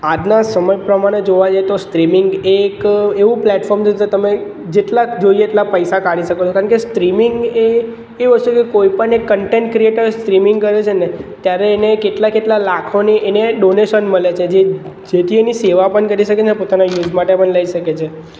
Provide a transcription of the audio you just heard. આજના સમય પ્રમાણે જોવા જઈએ તો સ્ટ્રીમિંગ એક એવું પ્લેટફોમ છે જ્યાં તમે જેટલા જોઈએ એટલા પૈસા કાઢી શકો છો કારણકે સ્ટ્રીમિંગ એક એ વસ્તુ જે કોઈપણ જે કન્ટેન્ટ ક્રીએટર્સ સ્ટ્રીમિંગ કરે છે ને ત્યારે એને કેટલા કેટલા લાખોની એને ડોનેશન મળે છે જે જેથી એની સેવા પણ કરી શકે અને પોતાના યુઝ માટે પણ લઈ શકે છે